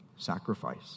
sacrifice